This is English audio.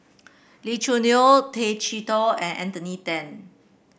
Lee Choo Neo Tay Chee Toh and Anthony Then